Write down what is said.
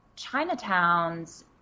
Chinatowns